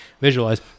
visualize